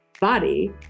body